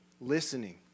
Listening